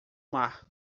mar